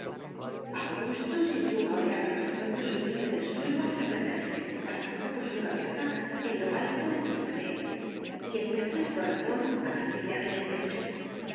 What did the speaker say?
augusto sintió una oleada de fuego subirle del suelo hasta perderse pasando por su cabeza en lo alto encima de él y empezó el corazón a martillarle el pecho se